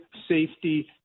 safety